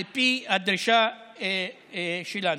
על פי הדרישה שלנו.